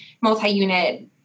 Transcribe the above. multi-unit